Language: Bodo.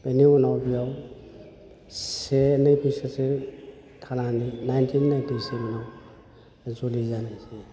बेनि उनाव बेयाव से नै बोसोरसो थानानै नाइनटिन नाइटिसेभेनाव जुलि जानायसै